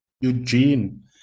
Eugene